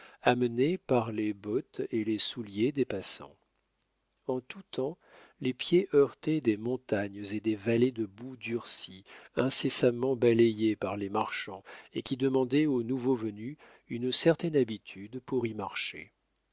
amené par les bottes et les souliers des passants en tout temps les pieds heurtaient des montagnes et des vallées de boue durcie incessamment balayées par les marchands et qui demandaient aux nouveaux venus une certaine habitude pour y marcher